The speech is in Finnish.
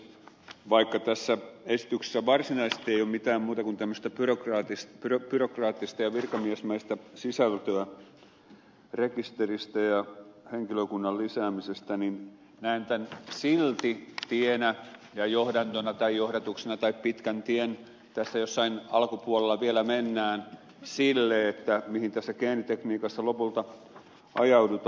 vaikka tässä esityksessä varsinaisesti ei ole mitään muuta kuin tämmöistä byrokraattista ja virkamiesmäistä sisältöä rekisteristä ja henkilökunnan lisäämisestä niin näen tämän silti tienä ja johdatuksena tai pitkänä tienä tässä jossain alkupuolella vielä mennään sille mihin tässä geenitekniikassa lopulta ajaudutaan